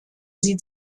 sie